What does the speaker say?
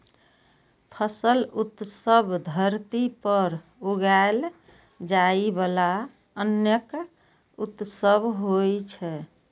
फसल उत्सव धरती पर उगाएल जाइ बला अन्नक उत्सव होइ छै